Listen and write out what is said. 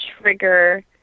trigger